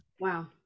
wow